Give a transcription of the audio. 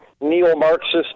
neo-Marxist